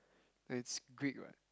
it's Greek [what]